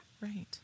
Right